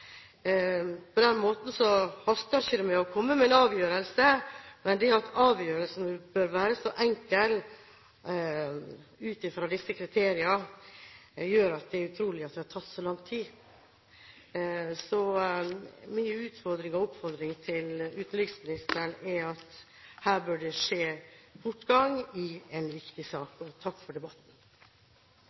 På den måten haster det ikke å komme med en avgjørelse, men det at det bør være så enkelt med en avgjørelse ut fra disse kriteriene, gjør at det er utrolig at det har tatt så lang tid. Så min utfordring og min oppfordring til utenriksministeren er at her bør det skje en fortgang, for dette er en viktig sak. Takk for debatten!